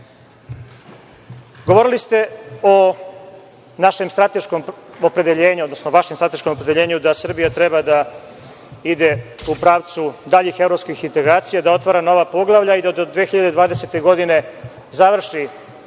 pitanje. Govorili ste o vašem strateškom opredeljenju, odnosno vašem strateškom opredeljenju da Srbija treba da ide u pravcu daljih evropskih integracija, da otvara nova poglavlja i da do 2020. godine završi